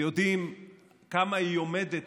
ויודעים איך היא עומדת,